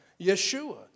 Yeshua